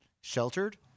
sheltered